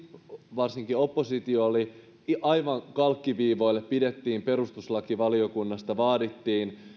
varsinkin oppositiossa aivan kalkkiviivoille pidettiin tästä kiinni perustuslakivaliokunnasta